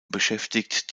beschäftigt